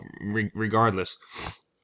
regardless